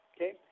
Okay